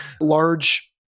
large